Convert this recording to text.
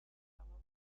barocken